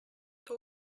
two